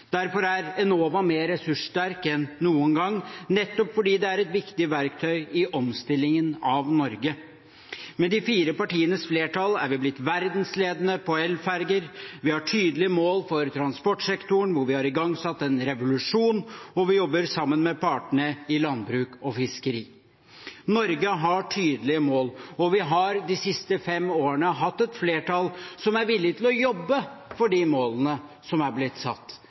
Derfor er Enova mer ressurssterk enn noen gang, nettopp fordi det er et viktig verktøy i omstillingen av Norge. Med de fire partienes flertall er vi blitt verdensledende på elferger, vi har tydelige mål for transportsektoren, hvor vi har igangsatt en revolusjon, og vi jobber sammen med partene i landbruk og fiskeri. Norge har tydelige mål, og vi har de siste fem årene hatt et flertall som er villig til å jobbe for de målene som er blitt satt